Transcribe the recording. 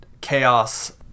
chaos